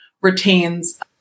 retains